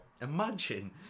imagine